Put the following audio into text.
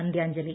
അന്ത്യാഞ്ജലി